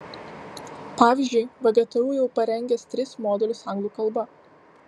pavyzdžiui vgtu jau parengęs tris modulius anglų kalba